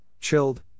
chilled